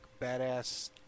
badass